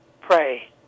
Pray